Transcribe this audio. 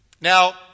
Now